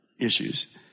issues